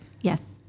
Yes